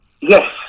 Yes